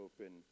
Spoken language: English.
open